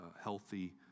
healthy